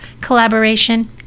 collaboration